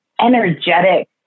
energetic